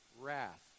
wrath